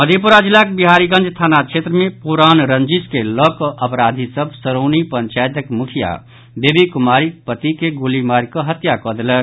मधेपुरा जिलाक बिहारीगंज थाना क्षेत्र मे पुरान रंजिश कऽ लऽकऽ अपराधी सभ सरौनी पंचायतक मुखिया बेबी कुमारीक पति के गोली मारि कऽ हत्या कऽ देलक